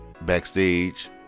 backstage